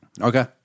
okay